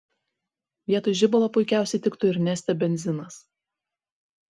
vietoj žibalo puikiausiai tiktų ir neste benzinas